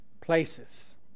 places